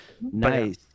Nice